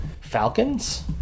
Falcons